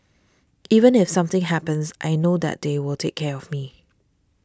even if something happens I know that they will take care of me